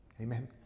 amen